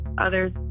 others